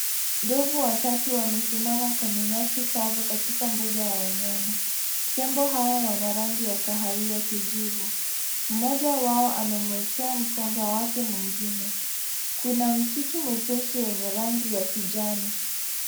Ndovu watatu wamesimama kwenye nyasi kavu katika mbuga ya wanyama. Tembo hawa wana rangi ya kahawia kijivu. Mmoja wao amemwekea mkonga wake mwingine. Kuna msitu mwepesi yenye rangi ya kijani.